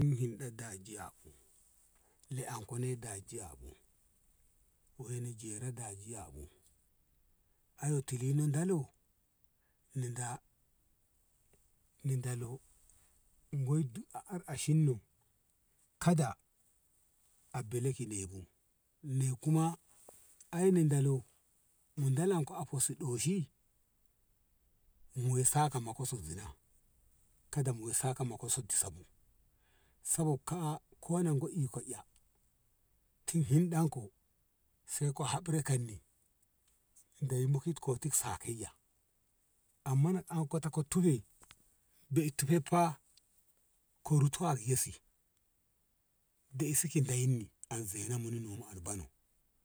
Ni hinɗai dajiyabu le`en nan ke e dajiyabu woi ne jere dajiyabu ayo tili no dalo ni da ni dalo goi duk a ƙarƙashin no kada a bele ki nei bu ney kuma ai na dalo mu dalan ko faso ɗoshi mu sakamakoyyo zina kada mu sakamako ye disa bu saboa ka`a ko nan go ika eh tin hinɗan ko sei ka habri kanni Dei mokit ko sakayya amma na ankot ko tube be i tu fe fa ko ruta a yesi deisi ki Dei ni an zaina monu an bono.